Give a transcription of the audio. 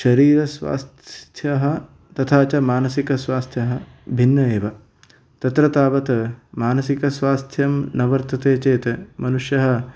शरीरस्वास्थ्यः तथा च मानसिकस्वास्थ्यः भिन्न एव तत्र तावत् मानसिकस्वास्थ्यं न वर्तते चेत् मनुष्यः